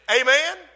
Amen